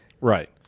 Right